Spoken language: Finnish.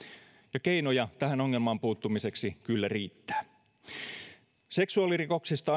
ja keinoja tähän ongelmaan puuttumiseksi kyllä riittää seksuaalirikoksista